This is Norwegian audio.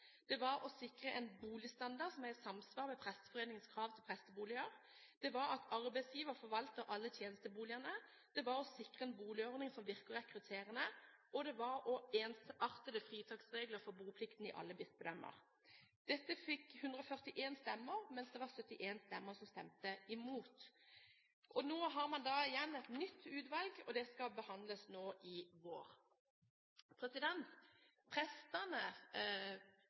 det var å sikre en boligstandard som er i samsvar med Presteforeningens krav til presteboliger, det var at arbeidsgiver forvalter alle tjenesteboligene, det var å sikre en boligordning som virker rekrutterende, og det var ensartede fritaksregler for boplikten i alle bispedømmer. Dette fikk 141 stemmer, mens det var 71 som stemte imot. Nå har man et nytt utvalg, og det skal behandles nå i vår. Prestene